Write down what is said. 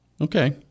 Okay